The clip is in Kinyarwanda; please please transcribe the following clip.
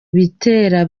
bitera